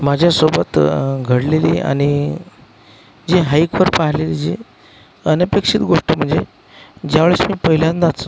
माझ्यासोबत घडलेली आणि जी हाईकवर पाहिलेली जी अनपेक्षित गोष्ट म्हणजे ज्या वेळेस मी पहिल्यांदाच